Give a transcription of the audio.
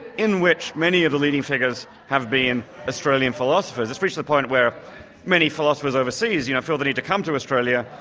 in which many of the leading figures have been australian philosophers. it's reached the point where many philosophers overseas you know feel the need to come to australia,